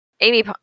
Amy